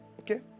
Okay